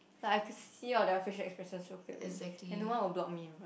like I could see all their facial expression so clearly and no one will block me in front